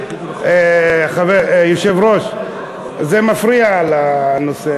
היושב-ראש, זה מפריע לנושא.